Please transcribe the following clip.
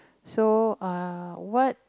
so err what